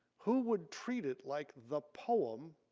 who would treat it like the poem,